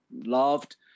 loved